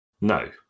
No